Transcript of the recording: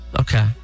Okay